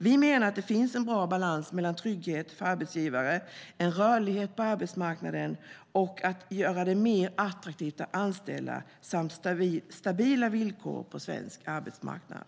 Vi menar att det finns en bra balans mellan trygghet för arbetstagare, en rörlighet på arbetsmarknaden och att det ska vara mer attraktivt att anställa samt finnas stabila villkor på svensk arbetsmarknad.